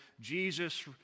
Jesus